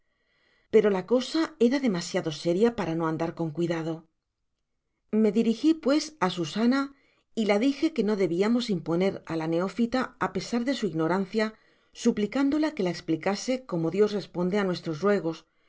pero la cosa era demasiado séria para no andar con cuidado me dirigi puesá susana y la dije que no debiamos imponer á la ceófita á pesar de su ignorancia suplicándola que la esplicase como dios responde á nuestros ruegos